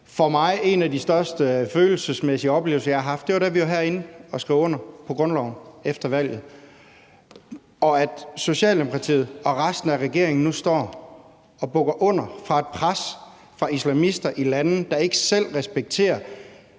forvirret. En af de største følelsesmæssige oplevelser, jeg har haft, var, da vi var herinde at skrive under på grundloven efter valget. At Socialdemokratiet og resten af regeringen nu står og bukker under for et pres fra islamister i lande, der ikke selv respekterer